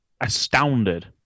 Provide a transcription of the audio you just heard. astounded